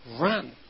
Run